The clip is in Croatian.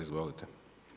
Izvolite.